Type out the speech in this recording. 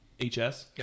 HS